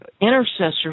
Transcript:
intercessor